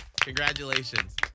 Congratulations